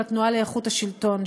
לתנועה לאיכות השלטון,